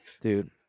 Dude